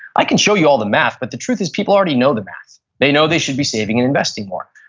i can show you all the math but the truth is people already know the math. they know they should be saving and investing more.